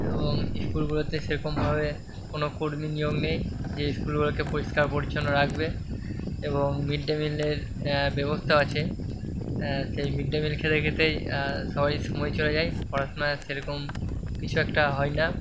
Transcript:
এবং স্কুলগুলোতে সেরকমভাবে কোনো কর্মী নিয়োগ নেই যে স্কুলগুলোকে পরিষ্কার পরিচ্ছন্ন রাখবে এবং মিড ডে মিলের ব্যবস্থাও আছে সেই মিড ডে মিল খেতে খেতেই সবারই সময় চলে যায় পড়াশুনা আর সেরকম কিছু একটা হয় না